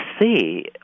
see